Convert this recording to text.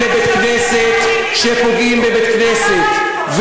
כשפוגעים בבית-כנסת,